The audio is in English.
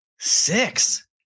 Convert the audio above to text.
Six